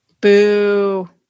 Boo